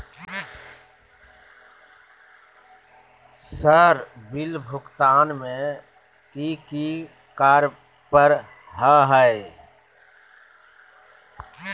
Sir bill भुगतान में की की कार्य पर हहै?